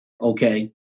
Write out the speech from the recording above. okay